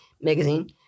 magazine